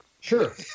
Sure